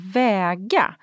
väga